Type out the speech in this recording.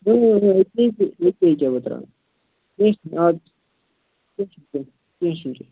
یہِ کہِ یہِ کہِ بہٕ ترٛاوَن کیٚنٛہہ چھُنہٕ حظ کیٚنٛہہ چھُنہٕ کیٚنٛہہ چھُنہٕ